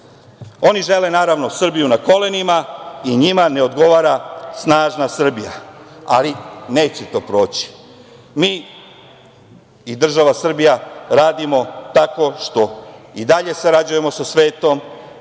Oni žele, naravno, Srbiju na kolenima. NJima ne odgovara snažna Srbija, ali neće to proći. Mi i država Srbija radimo tako što i dalje sarađujemo sa svetom,